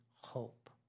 hope